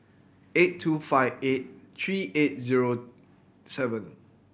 eight two five eight three eight zero seven